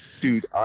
Dude